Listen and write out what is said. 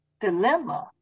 dilemma